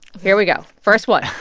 here we go. first one.